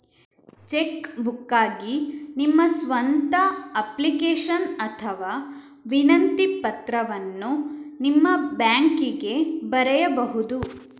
check ಬುಕ್ಗಾಗಿ ನಿಮ್ಮ ಸ್ವಂತ ಅಪ್ಲಿಕೇಶನ್ ಅಥವಾ ವಿನಂತಿ ಪತ್ರವನ್ನು ನಿಮ್ಮ ಬ್ಯಾಂಕಿಗೆ ಬರೆಯಬಹುದು